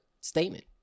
statement